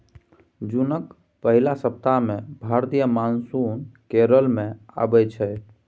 जुनक पहिल सप्ताह मे भारतीय मानसून केरल मे अबै छै